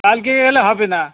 কালকে এলে হবে না